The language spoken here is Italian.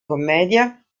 commedia